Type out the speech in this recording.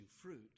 fruit